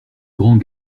grands